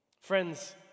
Friends